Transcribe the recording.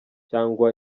cyangwa